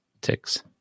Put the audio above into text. ticks